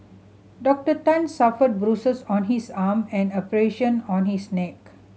Doctor Tan suffered bruises on his arm and abrasion on his neck